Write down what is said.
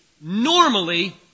normally